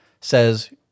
says